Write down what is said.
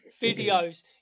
videos